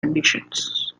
conditions